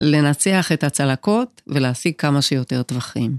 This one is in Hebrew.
לנצח את הצלקות ולהשיג כמה שיותר טווחים.